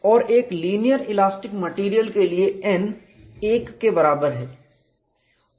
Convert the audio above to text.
और एक linear elastic material के लिए n 1 के बराबर है